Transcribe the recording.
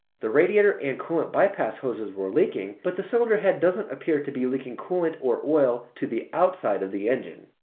the radiator and coolant bypass hoses were leaking, but the cylinder head doesn't appear to be leaking coolant or oil to the outside of the engine.